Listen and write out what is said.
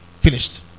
finished